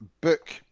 book